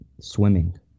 swimming